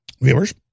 viewers